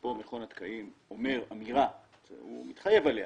ופה מכון התקנים אומר אמירה שהוא מתחייב עליה